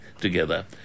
together